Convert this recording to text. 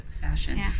fashion